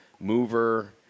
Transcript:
mover